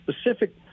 specific